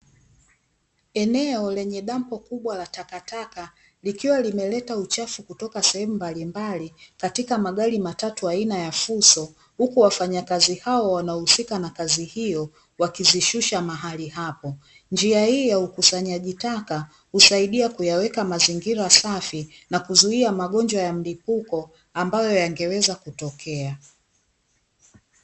Eneo lenye dampo kubwa la takataka likiwa limeleta uchafu kutoka sehemu mbalimbali katika magari matatu aina ya fuso huku wafanyakazi hao wanaohusika na kazi hiyo wakizishusha mahali hapo. Njia hii ya ukusanyaji taka husaidia kuyaweka mazingira safi na kuzuia magonjwa ya mlipuko ambayo yangeweza kutokea.